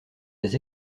des